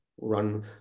run